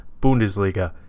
Bundesliga